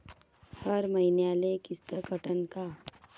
हर मईन्याले किस्त कटन का?